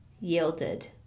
yielded